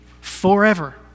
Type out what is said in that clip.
forever